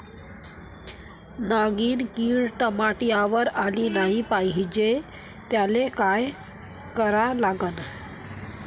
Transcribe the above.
नागिन किड टमाट्यावर आली नाही पाहिजे त्याले काय करा लागन?